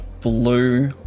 blue